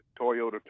Toyota